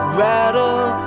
rattle